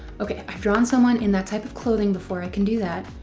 okay. i've drawn someone in that type of clothing before. i can do that.